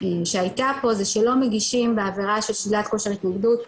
שהייתה פה זה שלא מגישים בעבירה של שלילת כושר התנגדות,